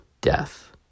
death